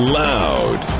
loud